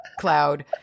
cloud